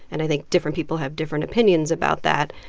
and i think different people have different opinions about that.